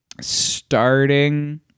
starting